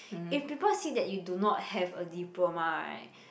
if people see that you do not have a diploma right